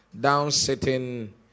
down-sitting